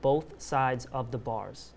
both sides of the bars